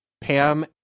Pam